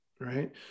right